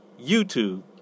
YouTube